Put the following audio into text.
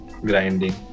grinding